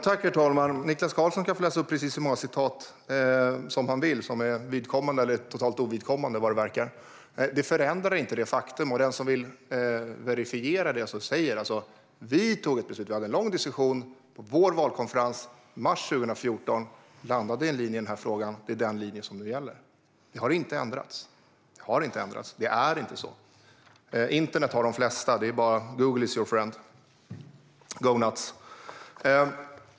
Herr talman! Niklas Karlsson kan få läsa upp precis hur många citat han vill som är vidkommande - eller totalt ovidkommande, vad det verkar. Vi hade en lång diskussion på vår valkonferens i mars 2014 och landade i en linje i den här frågan, och det är den linje som gäller. Den har inte ändrats. Det är inte så. De flesta har internet. Google is your friend - go nuts!